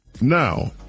Now